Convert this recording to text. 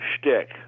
shtick